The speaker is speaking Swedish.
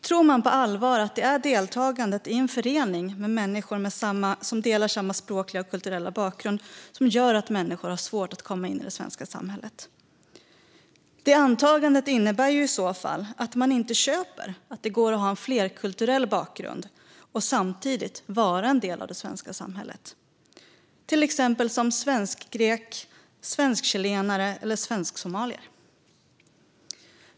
Tror man på allvar att det är deltagande i en förening med människor som delar samma språkliga och kulturella bakgrund som gör att människor har svårt att komma in i samhället? Det antagandet innebär i så fall att man inte köper att det går att ha en flerkulturell bakgrund och samtidigt vara en del av det svenska samhället, till exempel som svensk-grek, svensk-chilenare eller svensk-somalier.